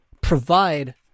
provide